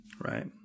Right